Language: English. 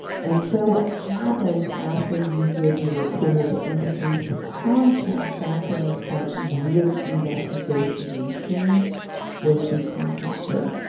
and so what happens after you give your approval to enter into the contract, that's when we start these really in depth negotiations with the contractor.